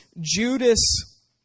Judas